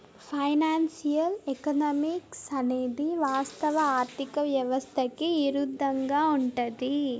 financial economics అనేది వాస్తవ ఆర్థిక వ్యవస్థకి ఇరుద్దంగా ఉంటది